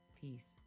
Peace